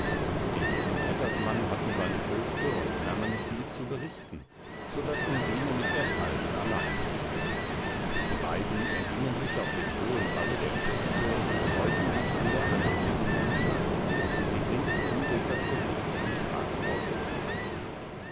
dem jungen rittersmann hatten seine vögte und mannen viel zu berichten so daß undine mit bertalden alleinblieb die bei den ergingen sich auf dem hohen walle der veste und freuten sich an der anmutigen landschaft die sich ringsum durch das gesegnete schwaben ausbreitete